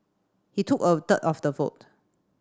he took a third of the vote